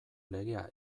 legea